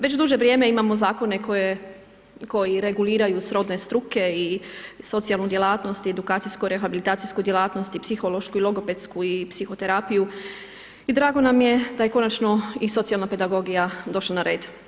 Već duže vrijeme imamo zakone koje, koji reguliraju srodne struke i socijalnu djelatnost i edukacijsko rehabilitacijsku djelatnost i psihološku i logopedsku i psihoterapiju i drago nam je da je konačno i socijalna pedagogija došla na red.